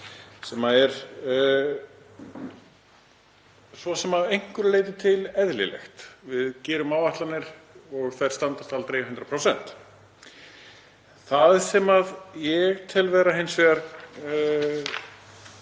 sem er svo sem að einhverju leyti eðlilegt. Við gerum áætlanir og þær standast aldrei 100%. Það sem ég tel hins vegar